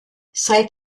seit